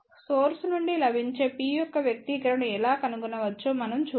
source నుండి లభించే P యొక్క వ్యక్తీకరణను ఎలా కనుగొనవచ్చో మనం చూద్దాం